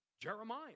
Jeremiah